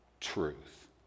truth